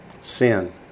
Sin